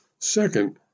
Second